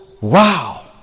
Wow